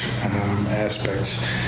aspects